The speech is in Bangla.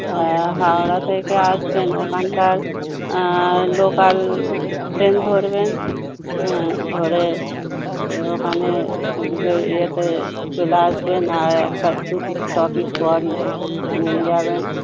হ্যাঁ হাওড়া থেকে আসছেন ওখানকার লোকাল ট্রেন ধরবেন হ্যাঁ ধরে ওখানে এদিকে ইয়েতে চলে আসবেন আর একটা দুটো স্টপেজ পরই নেমে যাবেন